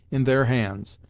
in their hands,